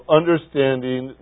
understanding